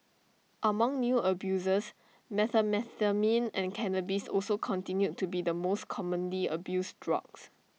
among new abusers methamphetamine and cannabis also continued to be the most commonly abused drugs